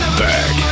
back